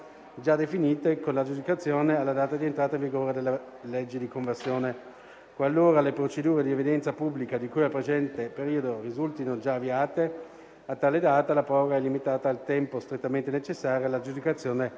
già definite con l'aggiudicazione alla data di entrata in vigore della legge di conversione. Qualora le procedure di evidenza pubblica di cui al precedente periodo risultino già avviate a tale data, la proroga è limitata al tempo strettamente necessario all'aggiudicazione delle